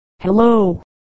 Hello